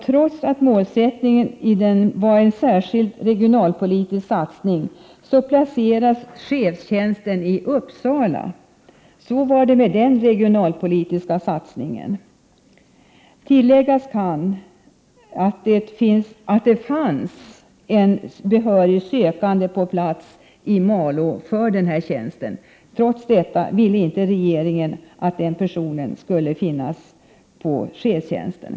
Trots att målet var en särskild regionalpolitisk satsning, placerades chefstjänsten i Uppsala. Så var det med den regionalpolitiska satsningen! Jag kan tillägga att det fanns en behörig sökande på plats i Malå för den här tjänsten. Trots det ville regeringen inte att den personen skulle få chefstjänsten.